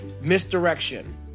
Misdirection